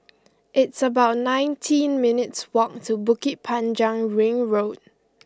it's about nineteen minutes' walk to Bukit Panjang Ring Road